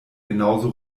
genauso